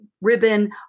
ribbon